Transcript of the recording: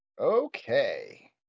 Okay